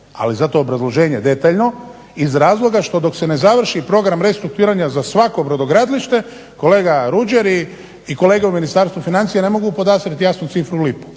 ali zato obrazloženje detaljno, iz razloga što dok se ne završi program restrukturiranja za svako brodogradilište, kolega Ruđer i kolega u Ministarstvu financija ne mogu podastrijeti jasnu cifru u lipu,